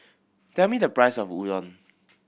tell me the price of Udon